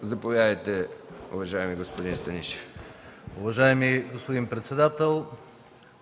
Заповядайте, уважаеми господин Станишев. СЕРГЕЙ СТАНИШЕВ (КБ): Уважаеми господин председател,